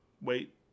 wait